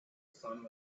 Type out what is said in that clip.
sun